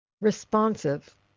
responsive